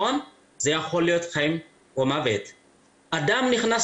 ומאז שלמדתי